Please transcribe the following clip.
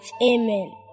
Amen